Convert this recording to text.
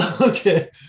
okay